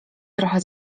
trochę